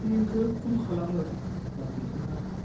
फिल्मखौ खम खालामो बिथाङा